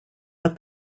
but